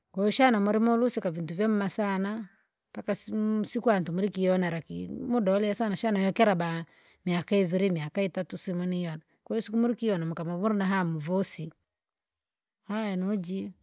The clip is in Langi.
Koushana muli morusika vintu vyamema sana, mpaka sim- siku yantu mulikionela ki- muda ulia sana shana yokera baa miaka iviri, miaka itatu simu niyona, kwahiyo siku mulikiona mukama vulu na hamu vosi, aya nujio.